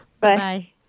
Bye